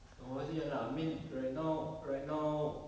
obviously ya lah I mean right now right now